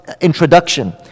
introduction